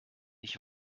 ich